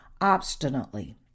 obstinately